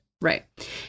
Right